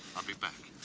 i'll be back.